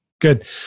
good